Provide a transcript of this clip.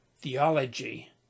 theology